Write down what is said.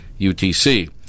UTC